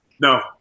no